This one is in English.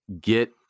get